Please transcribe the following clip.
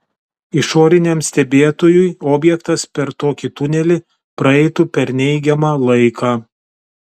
išoriniam stebėtojui objektas per tokį tunelį praeitų per neigiamą laiką